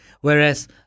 Whereas